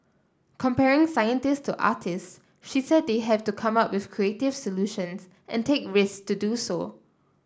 comparing scientist to artist she said they have to come up with creative solutions and take risk to do so